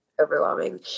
Overwhelming